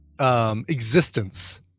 Existence